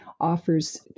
offers